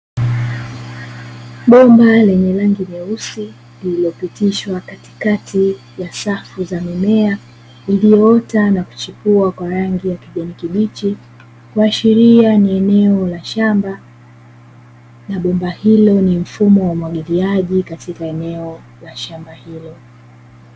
Bomba lenye rangi nyeusi lililopitishwa katikati ya safu za mimea, iliyoota na kuchipua kwa rangi ya kijani kibichi, kuashiria ni eneo la shamba na bomba hilo ni mfumo wa umwagiliaji katika eneo la shamba hilo.